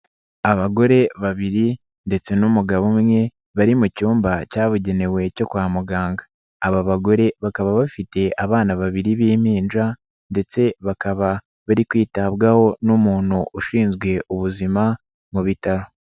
Abagore babiri ndetse n'umugabo umwe bari mu cyumba cyabugenewe cyo kwa muganga, aba bagore bakabafi abana babiri b'impinja ndetse bakaba bari kwitabwaho n'umuntu ushinzwe ubuzima mu bitaro.